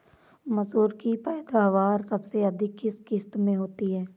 मसूर की पैदावार सबसे अधिक किस किश्त में होती है?